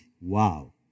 wow